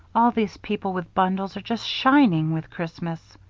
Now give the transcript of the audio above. all these people with bundles are just shining with christmas.